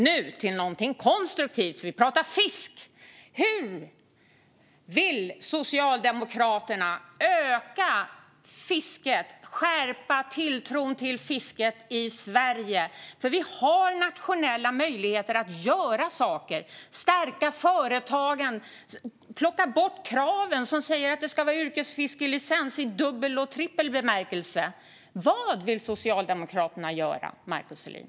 Nu till någonting konstruktivt, för vi pratar om fisk! Hur vill Socialdemokraterna öka fisket och skärpa tilltron till fisket i Sverige? Vi har nationella möjligheter att göra saker - att stärka företagen och plocka bort kraven som säger att det ska vara yrkesfiskelicens i dubbel och trippel bemärkelse. Vad vill Socialdemokraterna göra, Markus Selin?